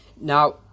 Now